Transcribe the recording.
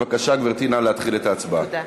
בבקשה, גברתי, נא להתחיל את ההצבעה.